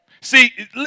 See